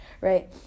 right